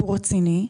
זה לא רק תנאי טכני.